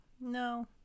no